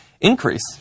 increase